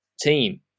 team